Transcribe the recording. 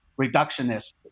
reductionist